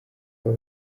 aba